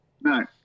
No